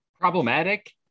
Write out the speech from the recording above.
problematic